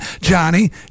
Johnny